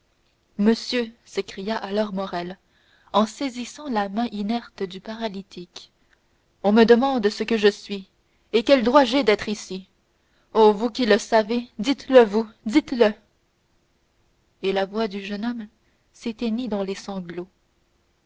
monsieur s'écria alors morrel en saisissant la main inerte du paralytique on me demande ce que je suis et quel droit j'ai d'être ici ô vous qui le savez dites-le vous dites-le et la voix du jeune homme s'éteignit dans les sanglots